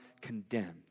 condemned